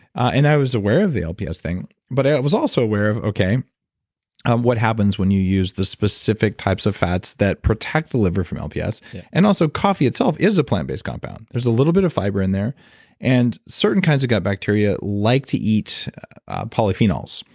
and i was aware of the lps thing, but i was also aware of um what happens when you use the specific types of fats that protect the liver from lps and also, coffee itself is a plan based compound. there's a little bit of fiber in there and certain kinds of gut bacteria like to eat ah polyphenols.